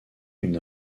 une